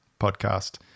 podcast